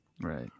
right